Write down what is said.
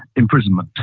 imprisonment